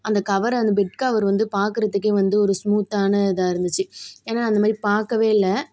அந்த கவரை அந்த பெட் கவர் வந்து பாக்குறதுக்கே வந்து ஒரு ஸ்மூத்தான இதாக இருந்துச்சு ஏன்னா அந்த மாதிரி பார்க்கவே இல்லை